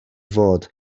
fod